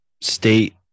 state